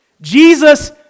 Jesus